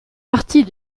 partie